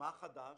מה חדש?